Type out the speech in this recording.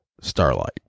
Starlight